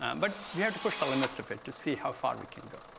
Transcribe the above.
um but we have to push the limits of it to see how far we can go.